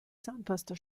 zahnpasta